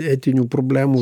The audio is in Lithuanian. etinių problemų